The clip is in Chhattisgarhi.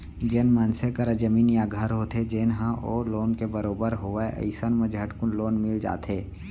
जेन मनसे करा जमीन या घर होथे जेन ह ओ लोन के बरोबर होवय अइसन म झटकुन लोन मिल जाथे